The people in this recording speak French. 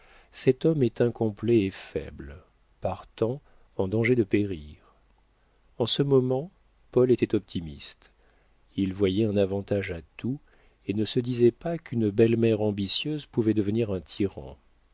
cet homme est incomplet et faible partant en danger de périr en ce moment paul était optimiste il voyait un avantage à tout et ne se disait pas qu'une belle-mère ambitieuse pouvait devenir un tyran